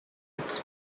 its